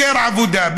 יותר עבודה.